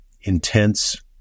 intense